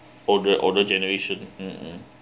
older older generation mmhmm